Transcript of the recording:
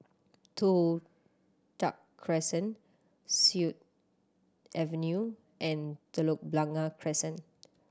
Toh Tuck Crescent Sut Avenue and Telok Blangah Crescent